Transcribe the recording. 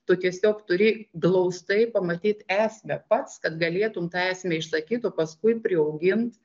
tu tiesiog turi glaustai pamatyt esmę pats kad galėtum tą esmę išsakyt o paskui priaugint